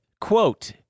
quote